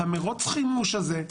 המרוץ חימוש הזה,